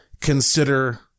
Consider